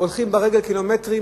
הולכים ברגל קילומטרים,